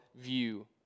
view